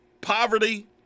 poverty